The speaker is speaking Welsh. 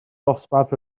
dosbarth